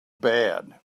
bad